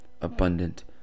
abundant